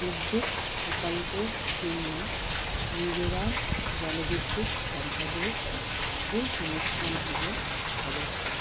বিদ্যুৎ প্রকল্পের জন্য মিজোরাম জলবিদ্যুৎ সম্পদের ভূসংস্থান হলো আদর্শ